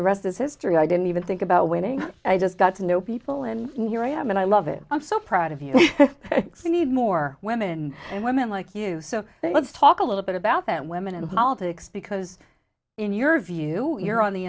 the rest is history i didn't even think about winning i just got to know people and here i am and i love it i'm so proud of you we need more women and women like you so let's talk a little bit about that women in politics because in your view you're on the